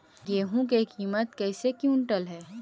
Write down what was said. गेहू के किमत कैसे क्विंटल है?